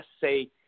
say